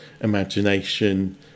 imagination